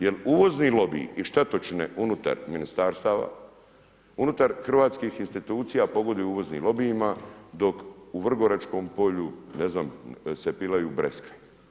Jer uvozni lobiji i štetočine unutar ministarstava, unutar hrvatskih institucija pogoduju uvoznim lobijima dok u vrgoračkom polju, ne znam, se pilaju breskve.